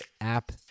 app